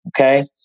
Okay